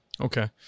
Okay